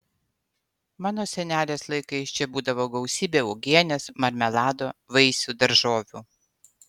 mano senelės laikais čia būdavo gausybė uogienės marmelado vaisių daržovių